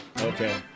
Okay